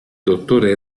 dottore